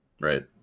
right